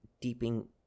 deeping